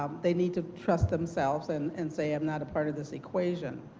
they need to trust themselves and and say i'm not a part of this equation.